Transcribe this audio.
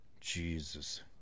Jesus